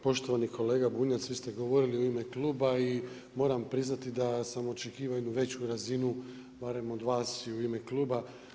Poštovani kolega Bunjac vi ste govorili u ime kluba i moram priznati da sam očekivao jednu veću razinu barem od vas i u ime kluba.